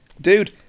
Dude